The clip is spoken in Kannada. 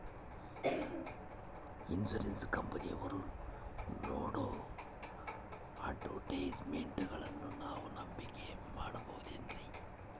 ಇನ್ಸೂರೆನ್ಸ್ ಕಂಪನಿಯವರು ನೇಡೋ ಅಡ್ವರ್ಟೈಸ್ಮೆಂಟ್ಗಳನ್ನು ನಾವು ನಂಬಿಕೆ ಮಾಡಬಹುದ್ರಿ?